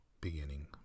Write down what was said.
beginning